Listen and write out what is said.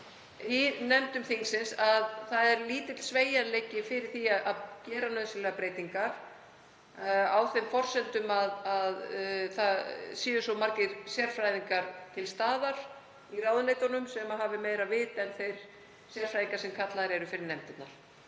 í nefndum þingsins að lítill sveigjanleiki sé til að gera nauðsynlegar breytingar, á þeim forsendum að svo margir sérfræðingar séu til staðar í ráðuneytunum sem hafi meira vit en þeir sérfræðingar sem kallaðir eru fyrir nefndirnar.